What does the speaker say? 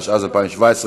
התשע"ז 2017,